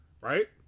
right